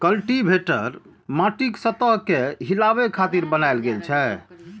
cultivator माटिक सतह कें हिलाबै खातिर बनाएल गेल छै